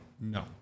No